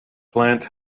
plant